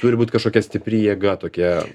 turi būti kažkokia stipri jėga tokia